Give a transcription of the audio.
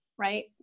Right